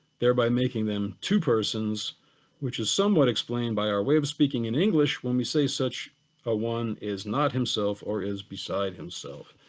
thereby making them two persons which is somewhat explained by our way of speaking in english when we say such a one is not himself or is beside himself.